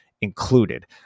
included